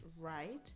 right